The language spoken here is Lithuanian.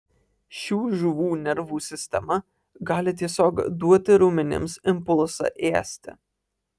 šių žuvų nervų sistema gali tiesiog duoti raumenims impulsą ėsti